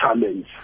challenge